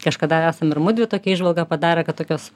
kažkada esam ir mudvi tokią įžvalgą padarę kad tokios